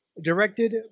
directed